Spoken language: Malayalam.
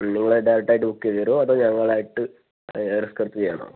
നിങ്ങൾ ഡയറക്റ്റായിട്ട് ബുക്ക് ചെയ്ത് തരുവോ അതോ ഞങ്ങളായിട്ട് റിസ്കെടുത്ത് ചെയ്യണോ